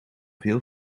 veel